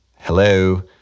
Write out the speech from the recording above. Hello